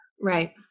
Right